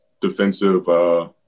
defensive